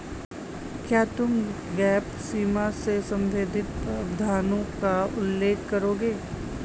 क्या तुम गैप सीमा से संबंधित प्रावधानों का उल्लेख करोगे?